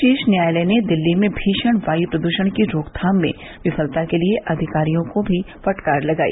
शीर्ष न्यायालय ने दिल्ली में भीषण वायू प्रदूषण की रोकथाम में विफलता के लिए अधिकारियों को फटकार भी लगाई